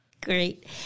Great